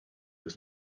was